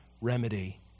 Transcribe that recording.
remedy